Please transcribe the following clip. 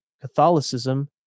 Catholicism